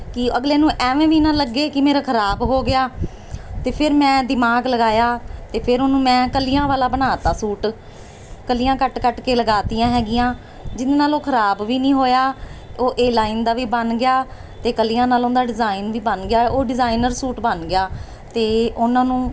ਕੀ ਅਗਲੇ ਨੂੰ ਐਵੇਂ ਵੀ ਨਾ ਲੱਗੇ ਕਿ ਮੇਰਾ ਖਰਾਬ ਹੋ ਗਿਆ ਅਤੇ ਫਿਰ ਮੈਂ ਦਿਮਾਗ ਲਗਾਇਆ ਅਤੇ ਫਿਰ ਉਹਨੂੰ ਮੈਂ ਕਲੀਆਂ ਵਾਲਾ ਬਣਾ ਤਾ ਸੂਟ ਕਲੀਆਂ ਕੱਟ ਕੱਟ ਕੇ ਲਗਾ ਤੀਆਂ ਹੈਗੀਆਂ ਜਿਹਦੇ ਨਾਲ ਉਹ ਖਰਾਬ ਵੀ ਨਹੀਂ ਹੋਇਆ ਉਹ ਏ ਲਾਈਨ ਦਾ ਵੀ ਬਣ ਗਿਆ ਅਤੇ ਕਲੀਆਂ ਨਾਲ ਉਹਦਾ ਡਿਜ਼ਾਇਨ ਵੀ ਬਣ ਗਿਆ ਉਹ ਡਿਜ਼ਾਇਨਰ ਸੂਟ ਬਣ ਗਿਆ ਅਤੇ ਉਹਨਾਂ ਨੂੰ